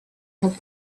have